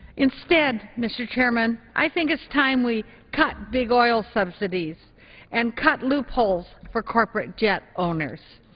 instead, mr. chairman, i think it's time we cut big oil subsidies and cut loopholes for corporate jet owners.